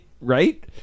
Right